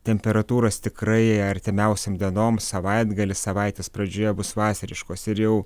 temperatūros tikrai artimiausiom dienom savaitgalį savaitės pradžioje bus vasariškos ir jau